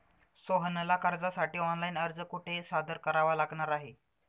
सोहनला कर्जासाठी ऑनलाइन अर्ज कुठे सादर करावा लागणार आहे?